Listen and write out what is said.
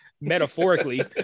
metaphorically